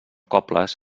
cobles